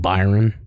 Byron